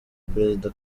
perezida